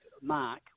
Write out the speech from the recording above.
mark